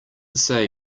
say